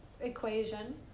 equation